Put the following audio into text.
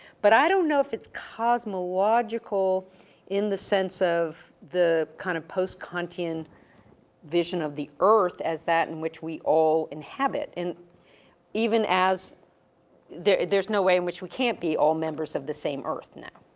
but i don't know if it's cosmological in the sense of the kind of post-kantian vision of the earth as that in which we all inhabit, and even as there's, there's no way in which we can't be all members of the same earth now.